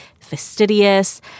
fastidious